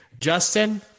Justin